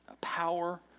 power